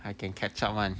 I can catch up [one]